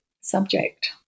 subject